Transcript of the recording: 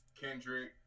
Kendrick